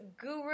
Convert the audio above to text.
guru